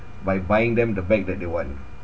by buying them the bag that they want